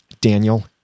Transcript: daniel